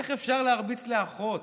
איך אפשר להרביץ לאחות?